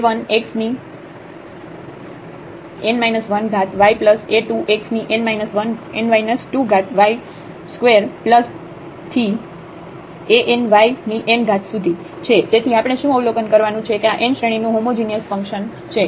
તેથી આપણે શું અવલોકન કરવાનું છે કે આ n શ્રેણીનું હોમોજિનિયસ ફંક્શન છે